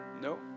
No